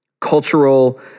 cultural